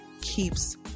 keeps